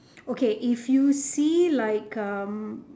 okay if you see like um